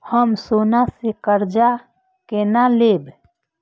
हम सोना से कर्जा केना लैब?